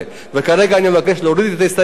כרגע אני מבקש להוריד את ההסתייגויות